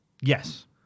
Yes